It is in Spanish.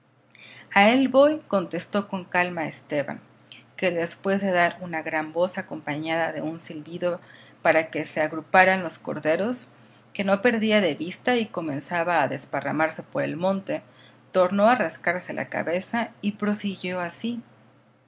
a él voy contestó con calma esteban que después de dar una gran voz acompañada de un silbido para que se agruparan los corderos que no perdía de vista y comenzaba a desparramarse por el monte tornó a rascarse la cabeza y prosiguió así